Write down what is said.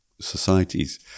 societies